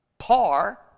par